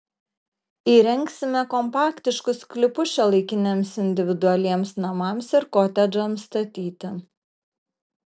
įrengsime kompaktiškus sklypus šiuolaikiniams individualiems namams ir kotedžams statyti